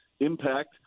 Impact